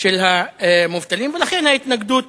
של המובטלים, ולכן ההתנגדות